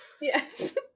Yes